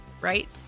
right